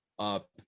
up